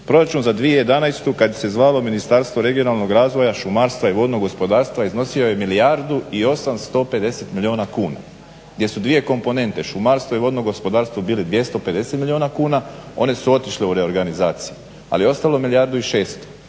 Proračun za 2011. kad se zvalo Ministarstvo regionalnog razvoja, šumarstva i vodnog gospodarstva iznosio je milijardu i 850 milijuna kuna gdje su dvije komponente šumarstvo i vodno gospodarstvo bili 250 milijuna kuna. One su otišle u reorganizaciju, ali je ostalo milijardu i 600